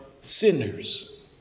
sinners